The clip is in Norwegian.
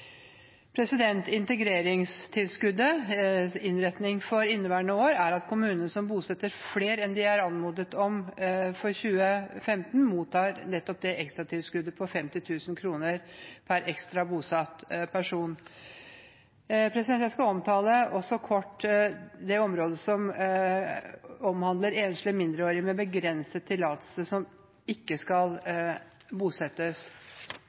for inneværende år angående integreringstilskuddet er at kommuner som bosetter flere enn de er anmodet om i 2015, mottar nettopp det ekstratilskuddet på 50 000 kr per ekstra bosatt person. Jeg skal også kort omtale det området som omhandler enslige mindreårige med begrenset tillatelse, som ikke skal bosettes.